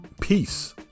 peace